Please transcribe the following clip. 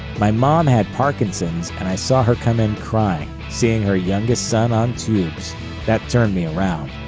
my mom had parkinson's and i saw her come in crying, seeing her youngest son on tubes that turned me around.